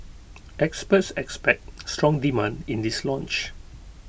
experts expect strong demand in this launch